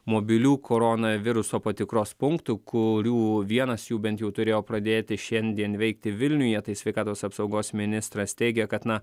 mobilių koronaviruso patikros punktų kurių vienas jų bent jau turėjo pradėti šiandien veikti vilniuje tai sveikatos apsaugos ministras teigė kad na